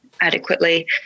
adequately